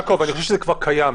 אני חושב שזה כבר קיים.